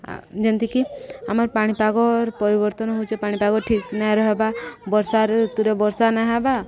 ଯେତିକି ଆମର ପାଣିପାଗ ପରିବର୍ତ୍ତନ ହେଉଛେ ପାଣିପାଗ ଠିକ୍ ନାଇଁ ରହିବା ବର୍ଷାରେ ଋତୁରେ ବର୍ଷା ନାଇଁ ହେବା